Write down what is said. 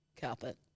carpet